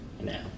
Now